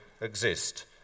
Exist